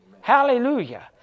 Hallelujah